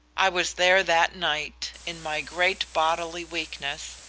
i was there that night, in my great bodily weakness,